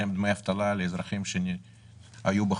שהיו בחל"ת.